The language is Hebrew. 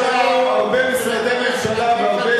יש לנו הרבה משרדי ממשלה והרבה